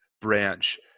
branch